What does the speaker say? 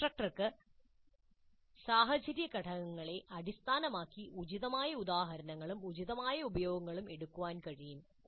ഇൻസ്ട്രക്ടർക്ക് സാഹചര്യഘടകങ്ങളെ അടിസ്ഥാനമാക്കി ഉചിതമായ ഉദാഹരണങ്ങളും ഉചിതമായ ഉപയോഗങ്ങളും എടുക്കാൻ കഴിയും